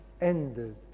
ended